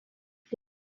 page